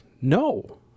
no